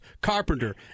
Carpenter